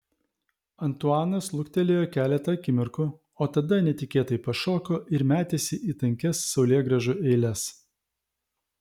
antuanas luktelėjo keletą akimirkų o tada netikėtai pašoko ir metėsi į tankias saulėgrąžų eiles